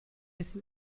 his